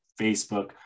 Facebook